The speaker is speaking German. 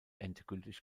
endgültig